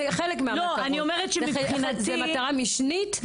זה חלק מהמטרות זו מטרה משנית על זכויות.